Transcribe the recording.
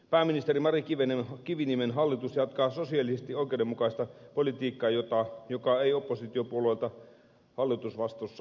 pääministeri mari kiviniemen hallitus jatkaa sosiaalisesti oikeudenmukaista politiikkaa joka ei oppositiopuolueilta onnistunut niiden ollessa hallitusvastuussa